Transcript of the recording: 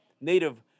native